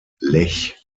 lech